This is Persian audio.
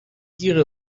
گیر